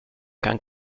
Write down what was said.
kan